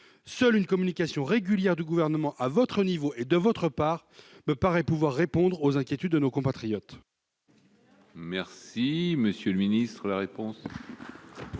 Seule une communication régulière du Gouvernement à votre niveau et de votre part me paraît pouvoir répondre aux inquiétudes de nos compatriotes.